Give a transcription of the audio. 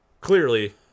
clearly